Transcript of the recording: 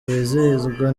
wizihizwa